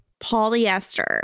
polyester